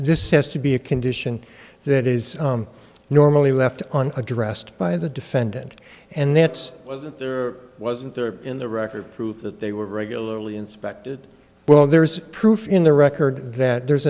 this has to be a condition that is normally left on addressed by the defendant and that's wasn't there or wasn't there in the record prove that they were regularly inspected well there's proof in the record that there's